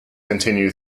continue